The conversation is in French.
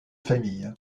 famille